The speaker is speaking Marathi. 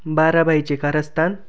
बारभाईचे कारस्थान